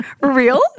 real